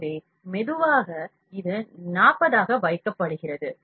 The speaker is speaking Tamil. எனவே மெதுவாக இது 40 ஆக வைக்கப்படுகிறது